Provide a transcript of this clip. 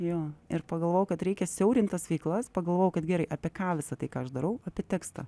jo ir pagalvojau kad reikia siaurint tas veiklas pagalvojau kad gerai apie ką visa tai ką aš darau apie tekstą